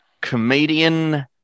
comedian